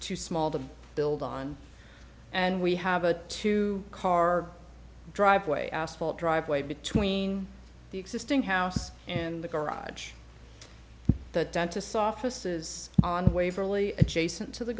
too small to build on and we have a two car driveway asphalt driveway between the existing house and the garage the dentist's office is on waverly adjacent to the